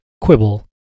quibble